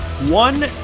one